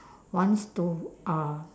wants to uh